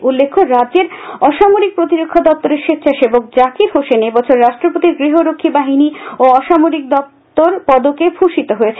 উল্লেখ্য রাজ্যের অসামরিক প্রতিরক্ষা দপ্তরের স্বেচ্ছাসেবক জাকির হোসেন এবছর রাষ্ট্রপতির গৃহরক্ষী বাহিনী ও অসামরিক দপ্তর পদকে ভূষিত হয়েছেন